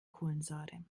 kohlensäure